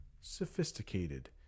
Sophisticated